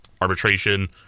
arbitration